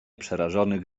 przerażonych